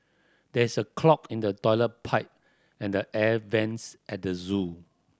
there is a clog in the toilet pipe and the air vents at the zoo